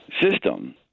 system